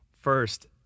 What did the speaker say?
first